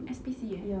S_P_C eh